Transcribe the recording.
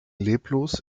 leblos